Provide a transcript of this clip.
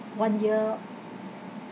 one year